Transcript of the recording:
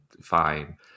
fine